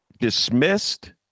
dismissed